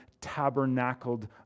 tabernacled